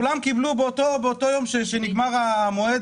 באותו יום שנגמר המועד,